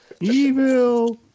Evil